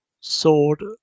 Sword